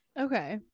Okay